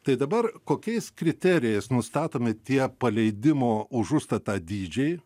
tai dabar kokiais kriterijais nustatomi tie paleidimo už užstatą dydžiai